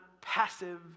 passive